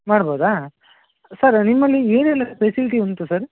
ಮಾಡ್ಬೋದಾ ಸರ್ ನಿಮ್ಮಲ್ಲಿ ಏನೆಲ್ಲ ಫೆಸಿಲಿಟಿ ಉಂಟು ಸರ್